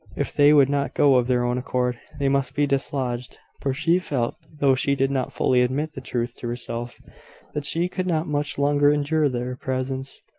if they would not go of their own accord, they must be dislodged for she felt, though she did not fully admit the truth to herself that she could not much longer endure their presence.